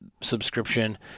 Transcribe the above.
subscription